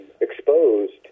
exposed